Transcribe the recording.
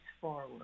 forward